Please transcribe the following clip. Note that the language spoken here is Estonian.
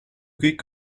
kõik